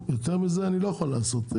יותר מזה אני לא יכול לעשות.